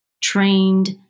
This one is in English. trained